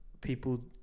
people